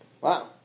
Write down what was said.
Wow